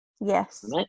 Yes